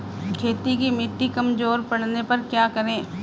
खेत की मिटी कमजोर पड़ने पर क्या करें?